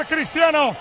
Cristiano